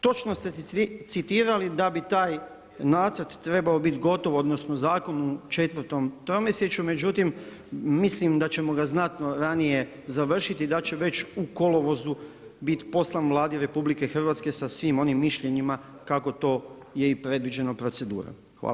Točno ste citirali da bi taj nacrt trebao biti gotov odnosno zakon u 4. tromjesečju, međutim mislim da ćemo ga znatno ranije završiti i da će već u kolovozu biti poslan Vladi RH sa svim onim mišljenjima kako to je i predviđeno procedurom.